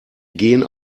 gen